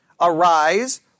Arise